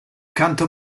canta